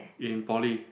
in poly